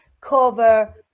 cover